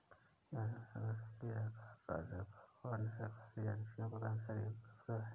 यह संसाधन संघीय सरकार, राज्य सरकारों और अन्य सरकारी एजेंसियों के कर्मचारियों के लिए उपलब्ध है